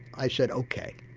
i said ok,